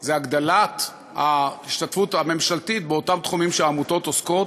זה הגדלת ההשתתפות הממשלתית באותם תחומים שהעמותות עוסקות